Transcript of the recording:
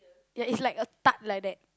ya is like a tart like that